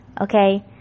okay